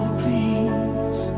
please